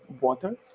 water